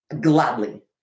gladly